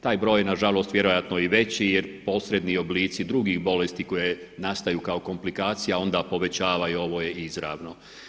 Taj je broj nažalost vjerojatno i veći jer posredni oblici drugih bolesti koje nastaju kao komplikacija a onda povećavaju ovo je izravno.